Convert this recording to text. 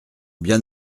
bien